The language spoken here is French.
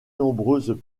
nombreuses